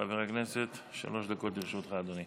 בבקשה, חבר הכנסת, שלוש דקות לרשותך, אדוני.